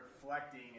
reflecting